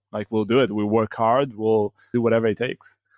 like we'll do it. we'll work hard. we'll do whatever it takes.